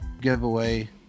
giveaway